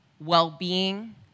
well-being